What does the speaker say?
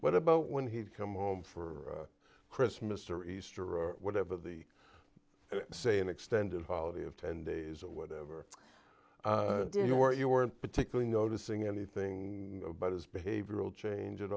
what about when he'd come home for christmas or easter or whatever the say an extended holiday of ten days or whatever did you were you were particularly noticing anything about his behavioral change